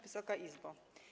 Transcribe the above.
Wysoka Izbo!